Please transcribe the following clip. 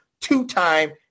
two-time